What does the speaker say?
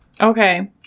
Okay